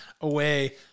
away